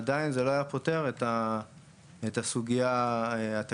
עדיין זה לא היה פותר את הסוגייה התקציבית.